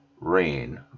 rain